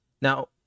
Now